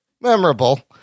memorable